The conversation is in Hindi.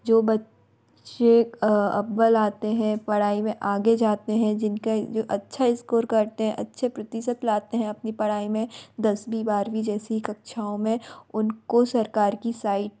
जो बच्चे अव्वल आते हैं पढ़ाई में आगे जाते हैं जिनका जो अच्छा इस्कोर करते हैं अच्छे प्रतिशत लाते हैं अपनी पढ़ाई में दसवीं बारवीं जैसे कक्षाओं में उनको सरकार की साइट